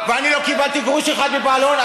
ואני לא קיבלתי גרוש אחד מבעל הון.